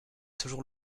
toujours